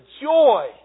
joy